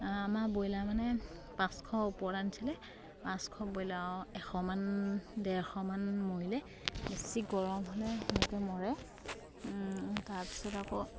আমাৰ ব্ৰইলাৰ মানে পাঁচশ ওপৰত আনিছিলে পাঁচশ ব্ৰইলাৰ এশমান দেৰশমান মৰিলে বেছি গৰম হ'লে সেনেকে মৰে তাৰপিছত আকৌ